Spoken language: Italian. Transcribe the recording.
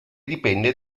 dipende